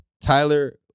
Tyler